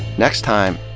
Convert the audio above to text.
next time,